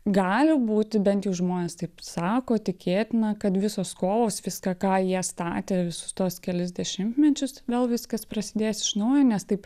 gali būti bent jau žmonės taip sako tikėtina kad visos kovos viską ką jie statė visus tuos kelis dešimtmečius vėl viskas prasidės iš naujo nes taip